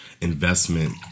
investment